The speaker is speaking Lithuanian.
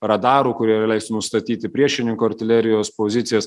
radarų kurie leistų nustatyti priešininko artilerijos pozicijas